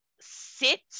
sit